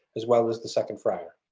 as well as the second friar.